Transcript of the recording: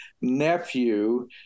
nephew